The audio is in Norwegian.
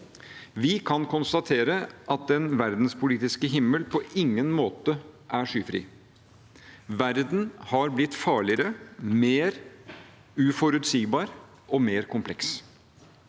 Vi kan konstatere at den verdenspolitiske himmel på ingen måte er skyfri. Verden har blitt farligere, mer uforutsigbar og mer kompleks.